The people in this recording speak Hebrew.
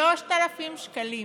3,000 שקלים.